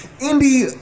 Andy